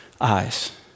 eyes